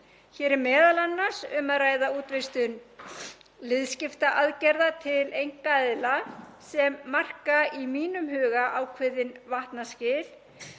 Hér er m.a. um að ræða útvistun liðskiptaaðgerða til einkaaðila sem marka í mínum huga ákveðin vatnaskil,